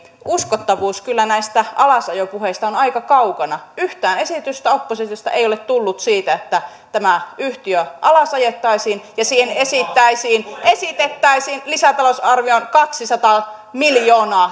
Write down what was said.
uskottavuus kyllä näistä alasajopuheista on aika kaukana yhtään esitystä oppositiosta ei ole tullut siitä että tämä yhtiö alasajettaisiin ja siihen alasajoon esitettäisiin lisätalousarvioon kaksisataa miljoonaa